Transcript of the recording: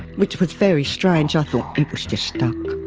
which was very strange, i thought it was just stuck.